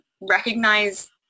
recognize